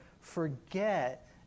forget